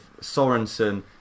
Sorensen